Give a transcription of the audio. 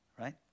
right